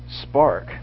spark